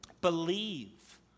Believe